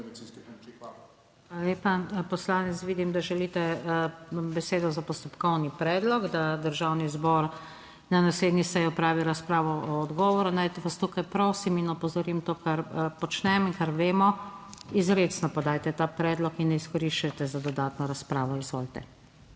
NATAŠA SUKIČ: Hvala lepa. Poslanec, vidim, da želite besedo za postopkovni predlog, da Državni zbor na naslednji seji opravi razpravo o odgovoru. Naj vas tukaj prosim in opozorim, to, kar počnemo in kar vemo, izrecno podajte ta predlog in ne izkoriščajte za dodatno razpravo. Izvolite.